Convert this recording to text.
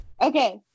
Okay